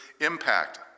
impact